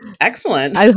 Excellent